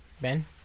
Ben